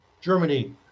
Germany